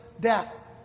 death